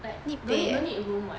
no need room [what]